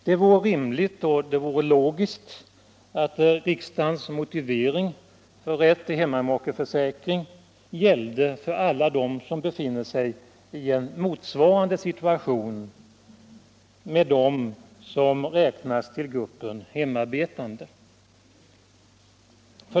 Det vore rimligt och logiskt att riksdagens motivering för rätt till hemmamakeförsäkring gällde för alla som befinner sig i motsvarande situation som de vilka räknas till gruppen hemarbetande.